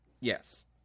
Yes